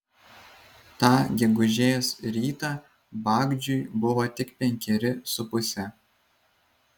tą gegužės rytą bagdžiui buvo tik penkeri su puse